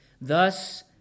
thus